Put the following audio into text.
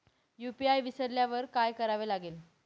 UPI विसरल्यावर काय करावे लागेल?